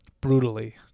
brutally